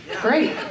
Great